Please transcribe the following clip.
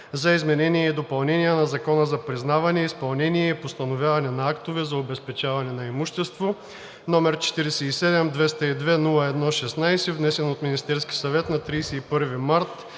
за изменение и допълнение на Закона за признаване, изпълнение и постановяване на актове за обезпечаване на имущество, № 47-202-01-16, внесен от Министерския съвет на 31 март